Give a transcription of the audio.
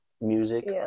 music